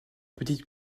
petite